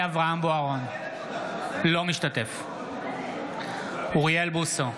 בוארון, אינו משתתף בהצבעה אוריאל בוסו,